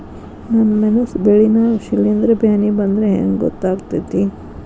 ನನ್ ಮೆಣಸ್ ಬೆಳಿ ನಾಗ ಶಿಲೇಂಧ್ರ ಬ್ಯಾನಿ ಬಂದ್ರ ಹೆಂಗ್ ಗೋತಾಗ್ತೆತಿ?